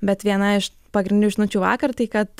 bet viena iš pagrindinių žinučių vakar tai kad